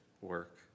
work